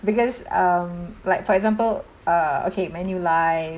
because um like for example uh okay manulife